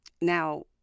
now